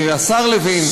השר לוין,